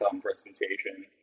presentation